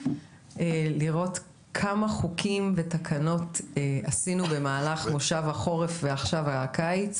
כמה חוקים ותקנות חוקקנו במהלך מושב החורף והקיץ,